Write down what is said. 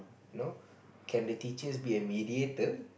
you know can the teachers by a mediator